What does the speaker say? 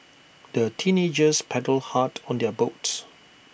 the teenagers paddled hard on their boat